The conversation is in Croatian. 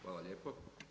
Hvala lijepo.